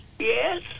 Yes